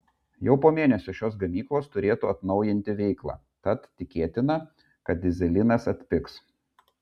jau po mėnesio šios gamyklos turėtų atnaujinti veiklą tad tikėtina kad dyzelinas atpigs